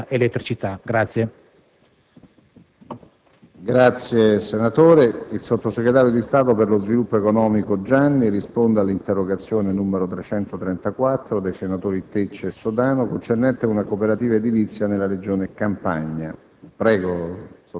dell'energia e dell'elettricità.